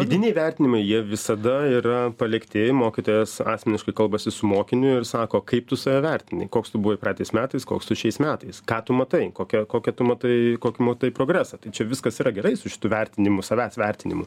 vidiniai vertinimai jie visada yra palikti mokytojas asmeniškai kalbasi su mokiniu ir sako kaip tu save vertini koks buvo praeitais metais koks tu šiais metais ką tu matai kokią kokią tu matai kokį matai progresą tai čia viskas yra geraisu šituo vertinimu savęs vertinimu